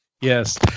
Yes